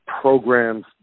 programs